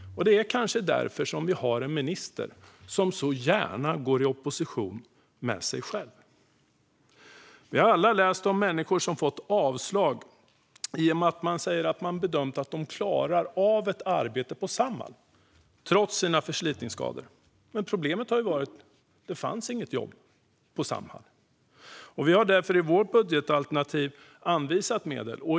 Det är kanske därför vi har en minister som så gärna går i opposition med sig själv. Vi har alla läst om människor som fått avslag i och med att man har bedömt att de klarar av ett arbete på Samhall trots sina förslitningsskador. Problemet har varit att det inte fanns något jobb på Samhall. Vi har därför i vårt budgetalternativ anvisat medel.